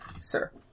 sir